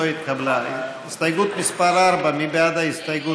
קבוצת סיעת הרשימה המשותפת,